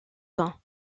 temps